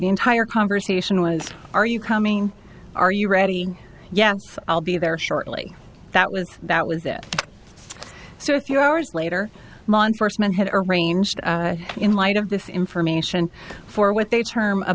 the entire conversation was are you coming are you ready yeah i'll be there shortly that was that was it so a few hours later month first men had arranged in light of this information for what they term